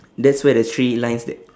that's where the three lines that